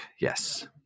yes